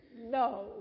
no